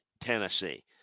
Tennessee